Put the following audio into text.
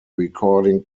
recording